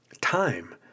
Time